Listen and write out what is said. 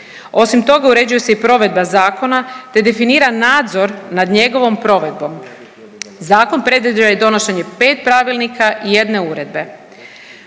Osim toga, uređuje se i provedba zakona te definira nadzor nad njegovom provedbom. Zakon predviđa i donošenje 5 pravilnika i jedne uredbe.